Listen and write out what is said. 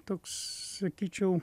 toks sakyčiau